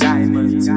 Diamonds